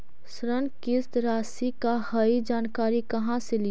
ऋण किस्त रासि का हई जानकारी कहाँ से ली?